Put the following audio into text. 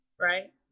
Right